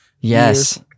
yes